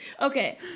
okay